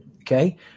okay